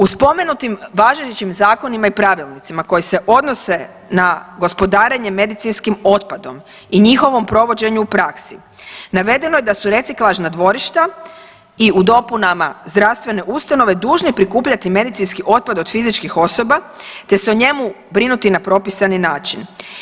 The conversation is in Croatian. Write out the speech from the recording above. U spomenutim važećim zakonima i pravilnicima koji se odnose na gospodarenje medicinskim otpadom i njihovom provođenju u praksi navedeno je da su reciklažna dvorišta i u dopunama zdravstvene ustanove dužni prikupljati medicinski otpad od fizičkih osoba, te se o njemu brinuti na propisani način.